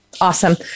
Awesome